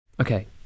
Okay